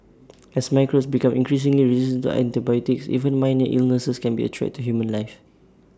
as microbes become increasingly resistant to antibiotics even minor illnesses can be A threat to human life